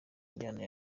njyana